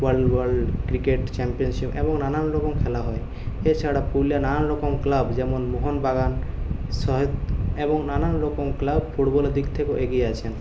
world world cricket championship এবং নানান রকম খেলা হয় এছাড়া পুরুলিয়ার নানান রকম ক্লাব যেমন মোহনবাগান এবং নানান রকম ক্লাব ফুটবলের দিক থেকেও এগিয়ে আছে